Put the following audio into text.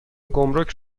گمرک